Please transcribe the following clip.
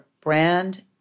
brand